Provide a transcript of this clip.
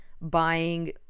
buying